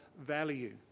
value